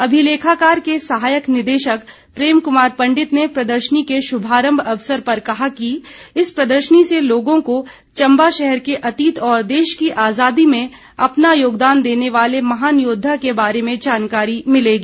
अभिलेखाकार के सहायक निदेशक प्रेम कुमार पंडित ने प्रदर्शनी की शुभारंभ अवसर पर कहा किया कि इस प्रदर्शनी से लोगों को चम्बा शहर के अतीत ओर देश की आजादी में अपना योगदान देने वाले महान योद्वा के बारे में जानकारी मिलेगी